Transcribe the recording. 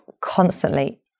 constantly